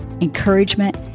encouragement